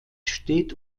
steht